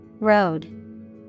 Road